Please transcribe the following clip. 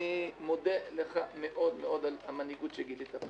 אני מודה לך מאוד מאוד על המנהיגות שגילית.